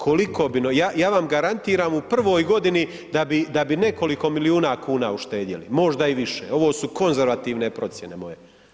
Koliko bi, ja vam garantiram u prvoj godini da bi nekoliko milijuna kuna uštedjeli, možda i više, ovo su konzervativne procjene moje.